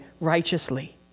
righteously